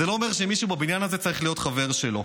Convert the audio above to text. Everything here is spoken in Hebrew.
זה לא אומר שמישהו בבניין הזה צריך להיות חבר שלו.